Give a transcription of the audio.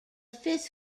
fifth